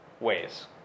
ways